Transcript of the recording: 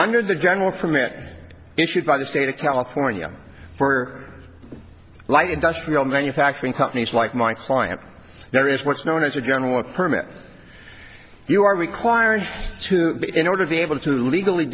under the general permit issued by the state of california for like industrial manufacturing companies like my client there is what's known as a general a permit you are required to in order to be able to legally